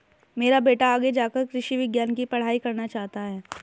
मेरा बेटा आगे जाकर कृषि विज्ञान की पढ़ाई करना चाहता हैं